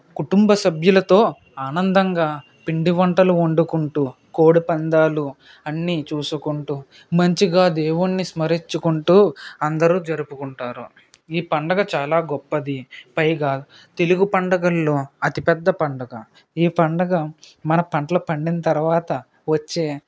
కుటుంబ సభ్యులతో ఆనందంగా పిండివంటలు వండుకుంటు కోడి పందాలు అన్నీ చూసుకుంటు మంచిగా దేవుణ్ణి స్మరించుకుంటు అందరు జరుపుకుంటారు ఈ పండుగ చాలా గొప్పది పైగా తెలుగు పండుగలలో అతిపెద్ద పండుగ ఈ పండుగ మన పంటలు పండిన తరవాత వచ్చే